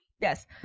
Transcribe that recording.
yes